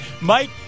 Mike